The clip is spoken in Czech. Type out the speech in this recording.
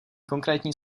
konkrétní